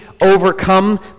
overcome